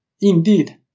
indeed